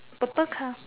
purple colour